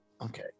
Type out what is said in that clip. Okay